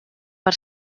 per